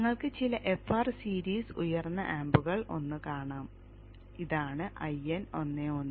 നിങ്ങൾക്ക് ചില FR series ഉയർന്ന ആമ്പുകൾ 1 കാണാം ഇതാണ് 1N11